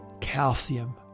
calcium